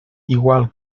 igual